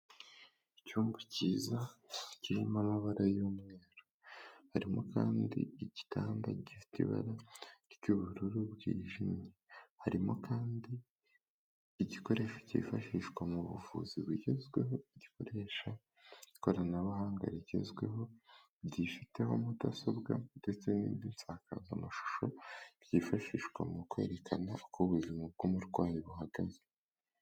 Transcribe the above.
Icyumba cyiza kirimo amabara y'umweru, harimo kandi igitanda gifite ibara ry'ubururu bwijimye, harimo kandi igikoresho cyifashishwa mu buvuzi bugezweho, gikoresho ikoranabuhanga rigezweho ryifiteho mudasobwa ndetse n'insakazamashusho, byifashishwa mu kwerekana uko ubuzima bw'umurwayi buhagaze.